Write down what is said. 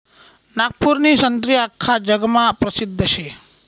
नागपूरनी संत्री आख्खा जगमा परसिद्ध शे